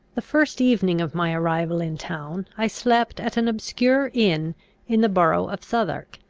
the first evening of my arrival in town i slept at an obscure inn in the borough of southwark,